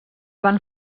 van